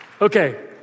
Okay